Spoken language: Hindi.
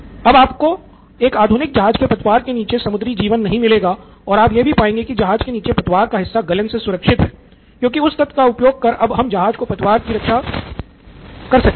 और अब आपको एक आधुनिक जहाज के पतवार के नीचे समुद्री जीवन नहीं मिलेगा और आप यह भी पाएंगे कि जहाज के नीचे पतवार का हिस्सा गलन से सुरक्षित है क्योंकि उस तत्व का उपयोग कर अब हम जहाज के पतवार की रक्षा कर सकते हैं